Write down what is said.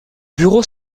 bureau